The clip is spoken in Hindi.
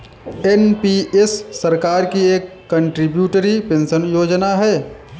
एन.पी.एस सरकार की एक कंट्रीब्यूटरी पेंशन योजना है